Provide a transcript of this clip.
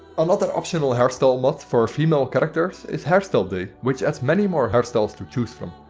another optional hairstyle mod for female characters is hairstyle day which adds many more hairstyles to choose from.